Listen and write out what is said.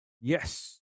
Yes